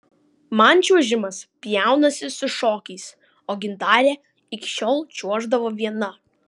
man čiuožimas pjaunasi su šokiais o gintarė iki šiol čiuoždavo viena